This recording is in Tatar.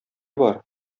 бар